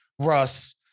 Russ